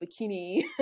bikini